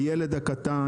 הילד הקטן